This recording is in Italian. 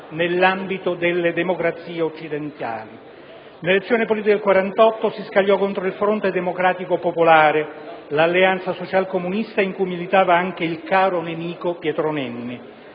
nell'ambito delle democrazie occidentali. Nelle elezioni politiche del 1948 si scagliò contro il Fronte democratico popolare, l'alleanza socialcomunista in cui militava anche il "caro nemico" Pietro Nenni.